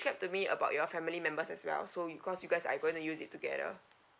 describe to me about your family members as well so because you guys are going to use it together